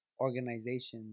organizations